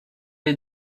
est